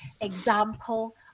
example